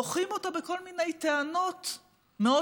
דוחים אותה בכל מיני טענות מאוד